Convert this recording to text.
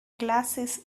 glasses